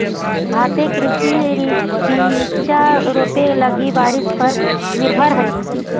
भारतीय कृषि बिचा रोपे लगी बारिश पर निर्भर हई